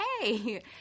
hey